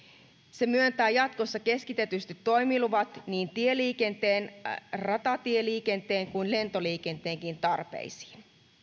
se myöntää jatkossa keskitetysti toimiluvat niin tieliikenteen ratatieliikenteen kuin lentoliikenteenkin tarpeisiin